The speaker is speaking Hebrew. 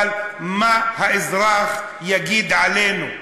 אבל מה האזרח יגיד עלינו?